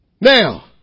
Now